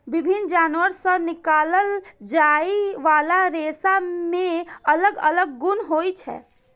विभिन्न जानवर सं निकालल जाइ बला रेशा मे अलग अलग गुण होइ छै